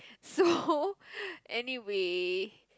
so anyway